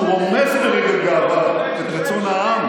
כשהוא רומס ברגל גאווה את רצון העם,